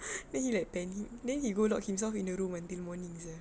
then he like panic then he go lock himself in the room and until morning sia